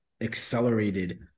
accelerated